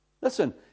Listen